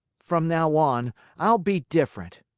from now on i'll be different.